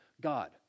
God